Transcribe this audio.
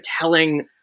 telling